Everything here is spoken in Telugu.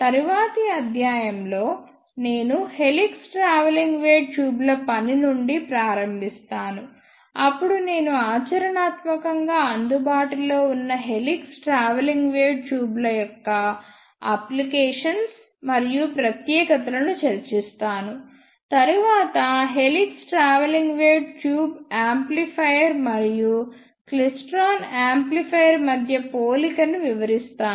తరువాతి అధ్యాయంలో నేను హెలిక్స్ ట్రావెలింగ్ వేవ్ ట్యూబ్ల పని నుండి ప్రారంభిస్తాను అప్పుడు నేను ఆచరణాత్మకంగా అందుబాటులో ఉన్న హెలిక్స్ ట్రావెలింగ్ వేవ్ ట్యూబ్ల యొక్క అప్లికేషన్స్ మరియు ప్రత్యేకతలను చర్చిస్తాను తరువాత helix travelling wave tube amplifier మరియు క్లైస్ట్రాన్ యాంప్లిఫైయర్ మధ్య పోలికను వివరిస్తాను